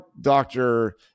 doctor